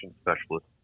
specialist